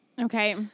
Okay